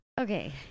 Okay